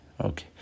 okay